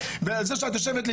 אנחנו לא מדברים איתך בשיחת טלפון.